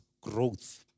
growth